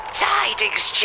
tidings